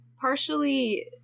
partially